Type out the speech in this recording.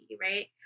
right